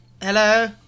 hello